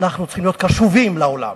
אנחנו צריכים להיות קשובים לעולם